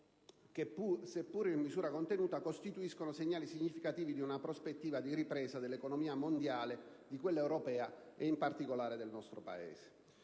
che, seppur in misura contenuta, costituiscono segnali significativi di una prospettiva di ripresa dell'economia mondiale, di quella europea e, in particolare, di quella del nostro Paese.